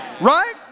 Right